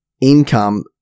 income